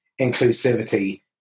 inclusivity